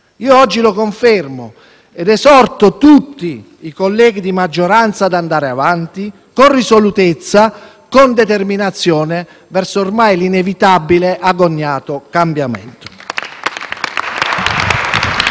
Oggi lo confermo ed esorto tutti i colleghi di maggioranza ad andare avanti con risolutezza e con determinazione verso l'ormai inevitabile e agognato cambiamento.